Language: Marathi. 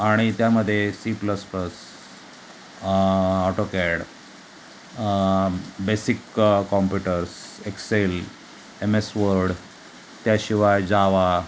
आणि त्यामध्ये C plus plus AutoCAD basic computers Excel MS Word त्याशिवाय जावा